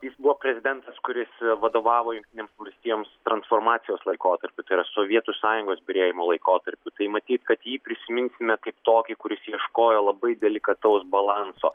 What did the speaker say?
jis buvo prezidentas kuris vadovavo jungtinėms valstijoms transformacijos laikotarpiu tai yra sovietų sąjungos byrėjimo laikotarpiu tai matyt kad jį prisiminsime kaip tokį kuris ieškojo labai delikataus balanso